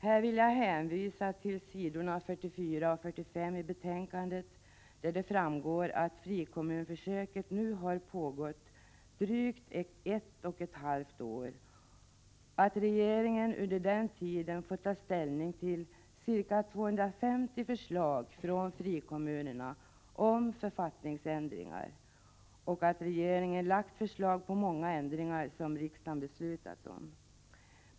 Jag vill hänvisa till s. 44 och 45 i betänkandet där det framgår att frikommunsförsöket nu har pågått drygt ett och ett halvt år, att regeringen under den tiden fått ta ställning till ca 250 förslag från frikommunerna om författningsändringar och att regeringen framlagt förslag på många ändringar som riksdagen beslutat om.